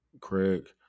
Craig